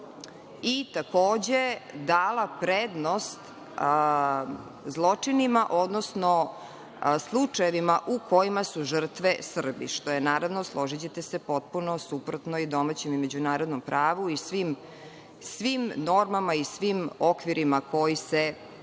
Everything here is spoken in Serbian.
i takođe dala prednost zločinima odnosno slučajevima u kojima su žrtve Srbi, što je, naravno, složićete, potpuno suprotno i domaćem i međunarodnom pravu i svim normama i svim okvirima koji se tiču